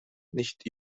nicht